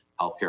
healthcare